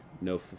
no